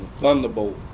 Thunderbolt